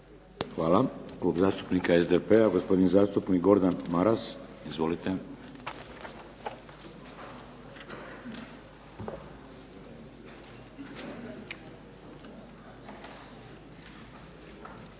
Hvala. Klub zastupnika SDP-a gospodin zastupnik Gordan Maras. Izvolite. **Maras,